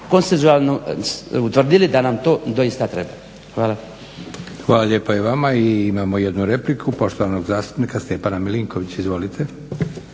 konsensualno utvrdili da nam to doista treba. Hvala. **Leko, Josip (SDP)** Hvala lijepa i vama. I imamo jednu repliku poštovanog zastupnika Stjepana Milinkovića. Izvolite.